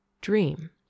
dream